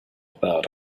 about